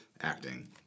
acting